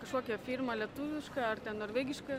kažkokia firma lietuviška ar norvegiška